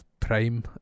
prime